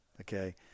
Okay